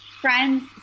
friends